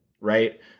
Right